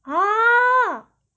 orh